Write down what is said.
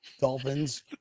dolphins